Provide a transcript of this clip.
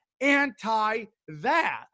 anti-that